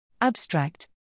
Abstract